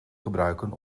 gebruiken